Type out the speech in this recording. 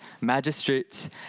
magistrates